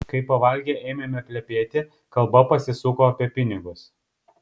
kai pavalgę ėmėme plepėti kalba pasisuko apie pinigus